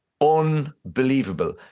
unbelievable